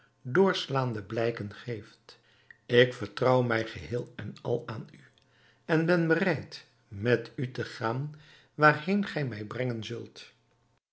doorslaande blijken geeft ik vertrouw mij geheel en al aan u en ben bereid met u te gaan waarheen gij mij brengen zult